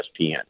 ESPN